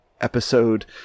episode